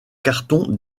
cartons